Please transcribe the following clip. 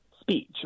speech